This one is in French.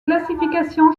classification